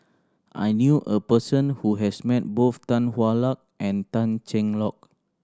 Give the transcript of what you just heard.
I knew a person who has met both Tan Hwa Luck and Tan Cheng Lock